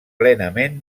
plenament